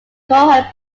cohort